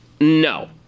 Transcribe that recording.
No